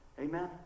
Amen